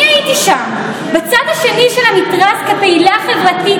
אני הייתי שם, בצד השני של המתרס, כפעילה חברתית.